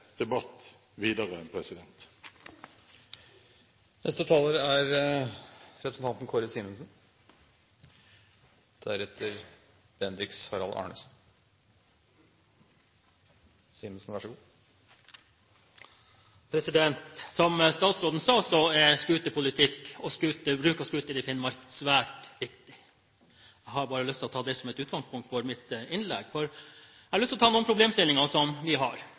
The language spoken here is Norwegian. debatt videre. Som statsråden sa, er scooterpolitikk og bruk av scooter i Finnmark svært viktig. Jeg har bare lyst til å ha det som et utgangspunkt for mitt innlegg. Jeg vil ta opp noen problemstillinger som vi har.